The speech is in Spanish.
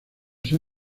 sea